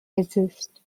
desist